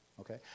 okay